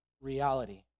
reality